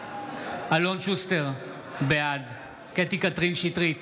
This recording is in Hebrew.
אלון שוסטר, בעד קטי קטרין שטרית,